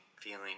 feeling